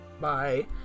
bye